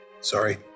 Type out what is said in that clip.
Sorry